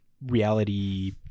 reality